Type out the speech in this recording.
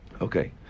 Okay